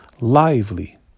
lively